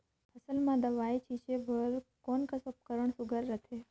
फसल म दव ई छीचे बर कोन कस उपकरण सुघ्घर रथे?